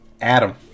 Adam